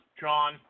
John